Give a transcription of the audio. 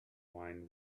wine